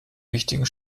wichtigen